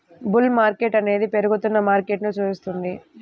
bull market అనేది పెరుగుతున్న మార్కెట్ను సూచిస్తుంది